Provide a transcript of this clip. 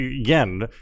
again